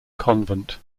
convent